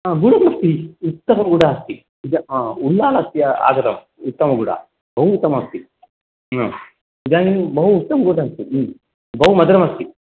हा गुडमस्ति उत्तमगुड अस्ति आम् उल्लालस्य आगतवान् उत्तमगुड बहु उत्तममस्ति इदानीं बहु उत्तमगुड अस्ति बहु मधुरमसति